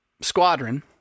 squadron